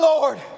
Lord